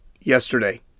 yesterday